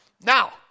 Now